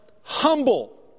humble